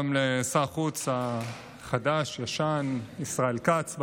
גם לשר החוץ החדש-ישן ישראל כץ.